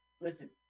Listen